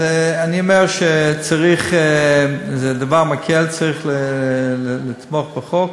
אני אומר שזה דבר מקל, וצריך לתמוך בחוק.